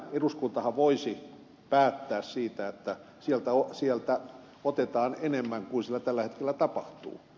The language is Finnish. eduskuntahan voisi päättää siitä että sieltä otetaan enemmän kuin tällä hetkellä tapahtuu